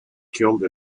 killed